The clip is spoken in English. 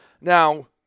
Now